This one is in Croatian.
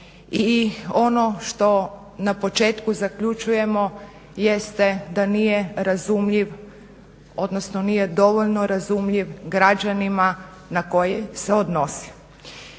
i ono što na početku zaključujemo jeste da nije razumljiv odnosno da nije dovoljno razumljiv građanima na koje se odnosi.